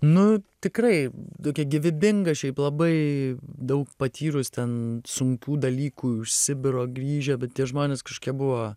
nu tikrai tokia gyvybinga šiaip labai daug patyrus ten sunkių dalykų iš sibiro grįžę bet tie žmonės kažkokie buvo